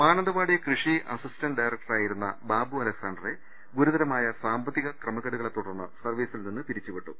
മാനന്തവാടി കൃഷി അസിസ്റ്റന്റ് ഡയറക്ടറായിരുന്ന ബാബു അലക്സാണ്ടറെ ഗുരുതരമായ സാമ്പത്തിക ക്രമക്കേടുകളെ തുടർന്ന് സർവ്വീസിൽ നിന്നും പിരിച്ചുവിട്ടു